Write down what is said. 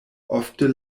ofte